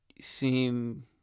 seem